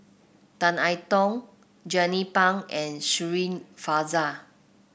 Tan I Tong Jernnine Pang and Shirin Fozdar